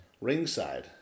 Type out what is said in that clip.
ringside